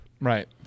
Right